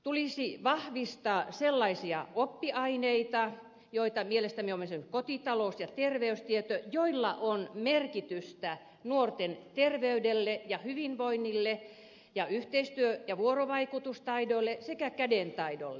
tulisi vahvistaa sellaisia oppiaineita joita mielestämme ovat esimerkiksi kotitalous ja terveystieto joilla on merkitystä nuorten terveydelle ja hyvinvoinnille ja yhteistyö ja vuorovaikutustaidoille sekä kädentaidoille